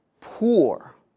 poor